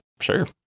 sure